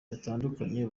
natandukanye